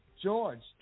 George